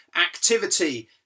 activity